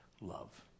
love